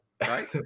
right